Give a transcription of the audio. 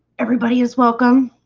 everybody is welcome